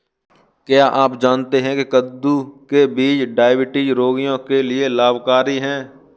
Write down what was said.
क्या आप जानते है कद्दू के बीज डायबिटीज रोगियों के लिए लाभकारी है?